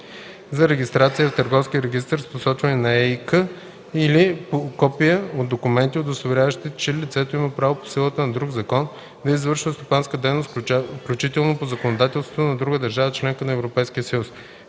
за регистрация в Търговския регистър с посочване на ЕИК или копия от документи, удостоверяващи, че лицето има право по силата на друг закон да извършва стопанска дейност, включително по законодателството на друга държава – членка на Европейския съюз;